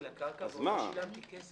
מכיוון שזה לא נכון ואני מקבל את העמדה